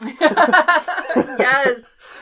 Yes